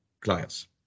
clients